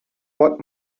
what